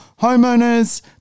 homeowners